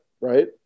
right